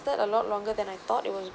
a lot longer than I thought it was